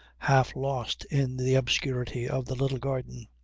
half-lost in the obscurity of the little garden.